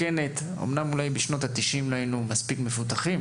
אמנם אולי בשנות ה-90 לא היינו מספיק מפותחים